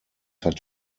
hat